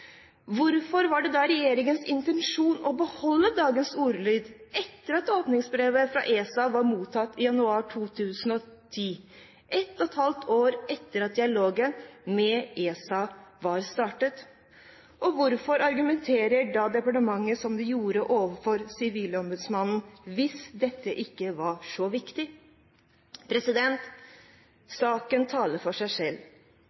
Hvorfor var det da regjeringens intensjon å beholde dagens ordlyd etter at åpningsbrevet fra ESA var mottatt i januar 2010, et og et halvt år etter at dialogen med ESA startet? Og hvorfor argumenterte da departementet som de gjorde overfor sivilombudsmannen, hvis dette ikke var så viktig? Saken taler for seg selv.